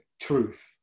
truth